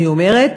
אני אומרת